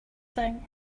thing